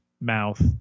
mouth